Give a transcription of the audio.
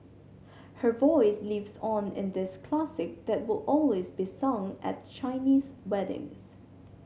her voice lives on in this classic that will always be sung at Chinese weddings